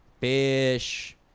fish